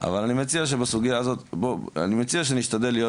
אבל אני מציע שנשתדל להיות